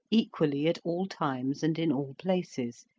equally at all times and in all places,